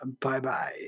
Bye-bye